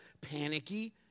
panicky